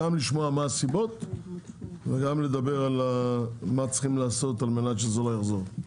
גם לשמוע מה הסיבות וגם מה צריך לעשות על-מנת שזה לא יחזור.